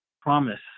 promise